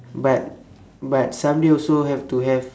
but but someday also have to have